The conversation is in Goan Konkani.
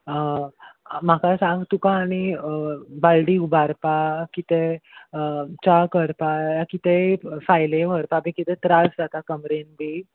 म्हाका सांग तुका आनी बालडी उबारपा कितें च्या करपा या कितेंय फायले व्हरपा बी कितें त्रास जाता कमरेन बी